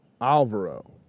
Alvaro